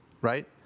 Right